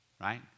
right